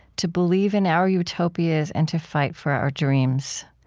to believe in our utopias, and to fight for our dreams.